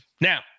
Now